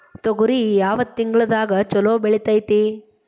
ತೊಗರಿ ಯಾವ ತಿಂಗಳದಾಗ ಛಲೋ ಬೆಳಿತೈತಿ?